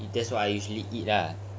that's what I usually eat lah